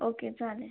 okay चालेल